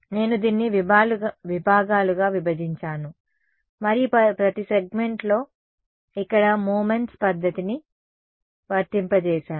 నేను దీన్ని విభాగాలుగా విభజించాను మరియు ప్రతి సెగ్మెంట్లో ఇక్కడ మూమెంట్స్ పద్ధతిని వర్తింపజేసాను